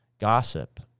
gossip